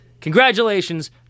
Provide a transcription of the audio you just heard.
Congratulations